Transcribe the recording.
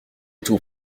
tout